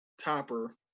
Topper